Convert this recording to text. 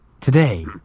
Today